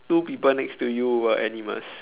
two people next to you were animals